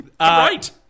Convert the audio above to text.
Right